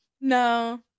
No